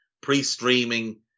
pre-streaming